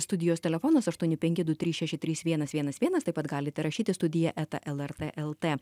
studijos telefonas aštuoni penki du trys šeši trys vienas vienas vienas taip pat galite rašyti studija eta lrt lt